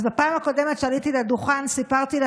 והפעם גם בקדושת השבת בצבא הגנה